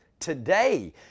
Today